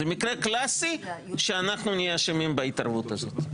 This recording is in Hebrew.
זה מקרה קלאסי שאנחנו נהיה אשמים בהתערבות הזאת.